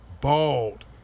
bald